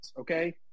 okay